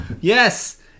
yes